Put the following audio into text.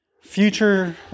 future